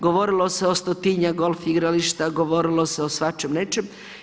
Govorilo se o 100-tinjak golf igrališta, govorilo se o svačem-nečem.